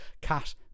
cat